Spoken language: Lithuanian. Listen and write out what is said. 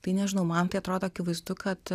tai nežinau man tai atrodo akivaizdu kad